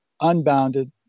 unbounded